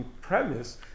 premise